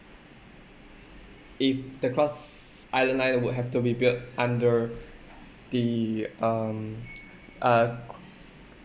if the cross island line would have to be built under the um uh